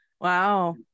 Wow